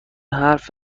حرف